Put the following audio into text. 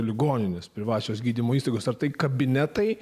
ligoninės privačios gydymo įstaigos ar tai kabinetai